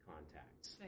contacts